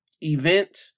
event